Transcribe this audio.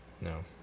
no